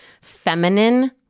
feminine